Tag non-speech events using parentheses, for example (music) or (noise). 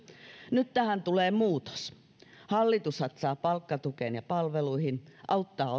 nyt tähän tulee muutos hallitus satsaa palkkatukeen ja palveluihin auttaa (unintelligible)